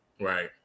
Right